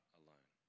alone